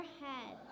head